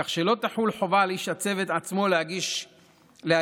כך שלא תחול חובה על איש הצוות עצמו להגיש אותה.